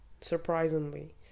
surprisingly